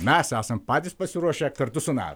mes esam patys pasiruošę kartu su na